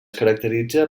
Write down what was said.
caracteritza